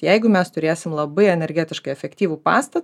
jeigu mes turėsim labai energetiškai efektyvų pastatą